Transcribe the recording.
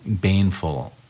baneful